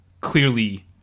clearly